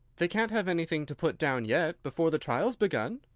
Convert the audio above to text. they can't have anything to put down yet, before the trial's begun.